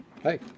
hey